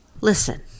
Listen